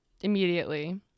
immediately